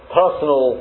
personal